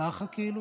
ככה?